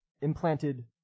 implanted